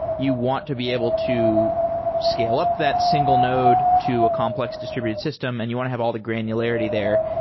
you want to be able to scale up that single node to a complex distributed system and you want to have all the granularity there.